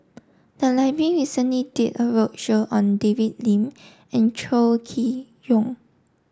the library recently did a roadshow on David Lim and Chow Chee Yong